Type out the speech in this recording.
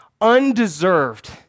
undeserved